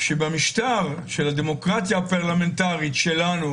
שבמשטר של הדמוקרטיה הפרלמנטרית שלנו,